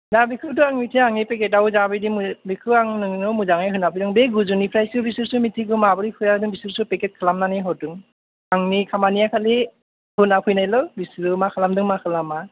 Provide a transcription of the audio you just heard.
दा बेखौथ' आं मिथिया आंनि पेकेताव जाबायदि मोनो बेखौ आं नोंनो मोजाङै होना फैदों बे गोजौनिफ्रायसो बिसोरसो मिथिगौ माबोरै फैया बिसोरसो पेकेत खालामनानै हरदों आंनि खामानिया खालि होना फैनायल' बिसोरो मा खालामदों मा खालामा